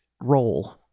role